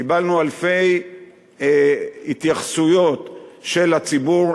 קיבלנו אלפי התייחסויות של הציבור.